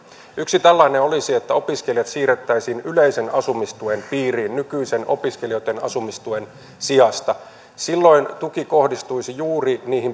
yksi tällainen olisi että opiskelijat siirrettäisiin yleisen asumistuen piiriin nykyisen opiskelijoitten asumistuen sijasta silloin tuki kohdistuisi juuri